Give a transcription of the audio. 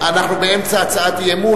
אנחנו באמצע הצעת אי-אמון,